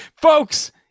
Folks